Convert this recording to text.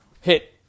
hit